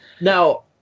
Now